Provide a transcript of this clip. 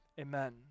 Amen